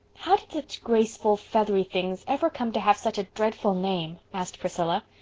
how did such graceful feathery things ever come to have such a dreadful name? asked priscilla.